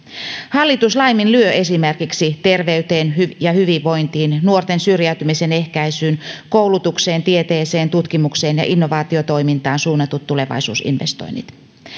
hallitus laiminlyö esimerkiksi terveyteen ja hyvinvointiin nuorten syrjäytymisen ehkäisyyn koulutukseen tieteeseen tutkimukseen ja innovaatiotoimintaan suunnatut tulevaisuusinvestoinnit